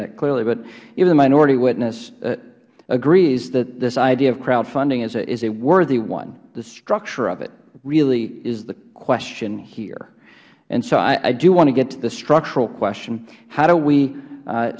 that clearly but even minority witness agrees that this idea of crowdfunding is a worthy one the structure of it really is the question here and so i do want to get to the structural question how do we